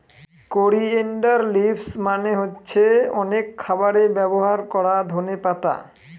coriander leaves মানে হচ্ছে অনেক খাবারে ব্যবহার করা ধনে পাতা